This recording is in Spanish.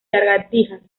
lagartijas